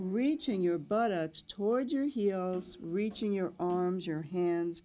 reaching your butt towards your heels reaching your arms your hands